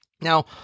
Now